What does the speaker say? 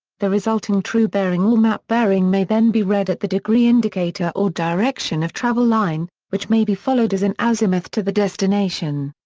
the resulting true bearing or map bearing may then be read at the degree indicator or direction-of-travel line, which may be followed as an azimuth to the destination.